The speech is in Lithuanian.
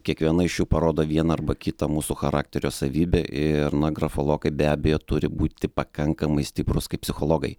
kiekviena iš jų parodo vieną arba kitą mūsų charakterio savybę ir na grafologai be abejo turi būti pakankamai stiprūs kaip psichologai